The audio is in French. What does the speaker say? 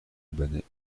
albanais